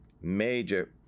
major